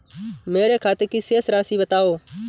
मेरे खाते की शेष राशि बताओ?